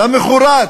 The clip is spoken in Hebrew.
למחרת